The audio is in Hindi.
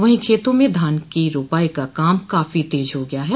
वहीं खेतों में धान की रोपाई का काम काफी तेज हो गया है